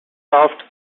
soft